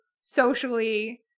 socially